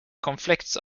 conflicts